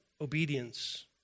Obedience